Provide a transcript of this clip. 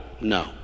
No